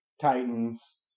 titans